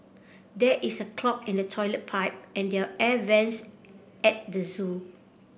there is a clog in the toilet pipe and the air vents at the zoo